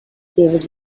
davis